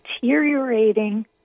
deteriorating